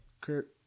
kurt